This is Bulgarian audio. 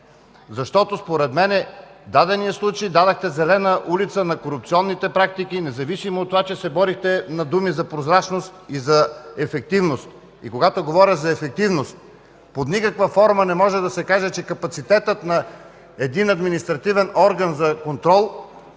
защото според мен в случая дадохте зелена улица на корупционните практики, независимо от това, че се борите на думи за прозрачност и за ефективност! И когато говоря за ефективност, под никаква форма не може да се каже, че капацитетът на един административен орган за контрол